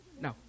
No